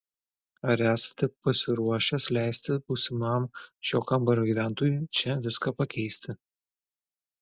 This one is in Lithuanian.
ar esate pasiruošęs leisti būsimam šio kambario gyventojui čia viską pakeisti